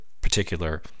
particular